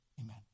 amen